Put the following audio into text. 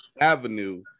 avenue